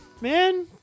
man